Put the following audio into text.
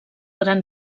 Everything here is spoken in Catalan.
gran